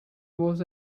was